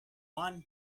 one